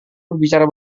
berbicara